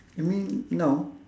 you mean now